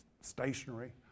stationary